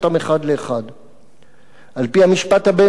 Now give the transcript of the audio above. "על-פי המשפט הבין-לאומי עומדת לישראלים